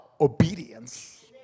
obedience